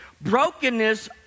Brokenness